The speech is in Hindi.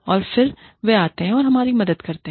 और फिर वे आते हैं और हमारी मदद करते हैं